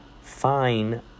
fine